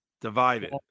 Divided